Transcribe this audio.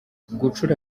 gucura